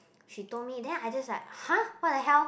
she told me then I just like !huh! what the hell